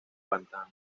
pantanos